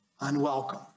unwelcome